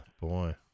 boy